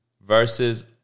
versus